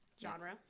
genre